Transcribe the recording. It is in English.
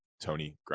tony